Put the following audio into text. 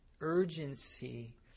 urgency